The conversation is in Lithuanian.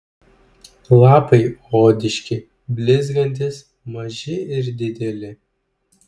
lapai odiški blizgantys maži ir dideli